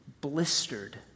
blistered